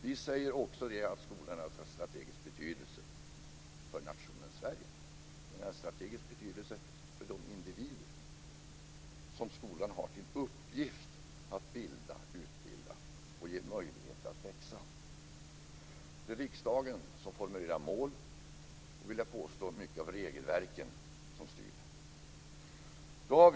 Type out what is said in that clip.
Vi säger också att skolan naturligtvis har strategisk betydelse för nationen Sverige. Den har strategisk betydelse för de individer som skolan har till uppgift att bilda, utbilda och ge möjlighet att växa. Det är riksdagen som formulerar mål och - vill jag påstå - mycket av regelverken som styr det hela.